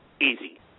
Easy